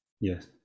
yes